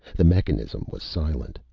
the mechanism was silent.